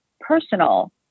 personal